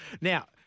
Now